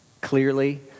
clearly